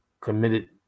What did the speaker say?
committed